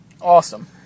Awesome